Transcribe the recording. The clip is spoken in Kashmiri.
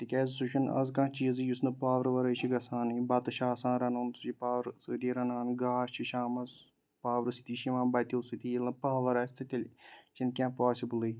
تکیازِ سُہ چھُنہٕ آز کانٛہہ چیٖزٕے یُس نہٕ پاورٕ ورٲے چھُ گَژھان بَتہِ چھُ آسان رَنُن سُہ چھُ پاورٕ سۭتی رَنان گاش چھُ شامس پاورٕ سۭتی چھُ یِوان بتیٚو سۭتی ییٚلہ نہٕ پاور آسہِ تہٕ تیلہ چھُنہٕ کیٚنٛہہ پاسبٕلٕے